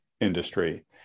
industry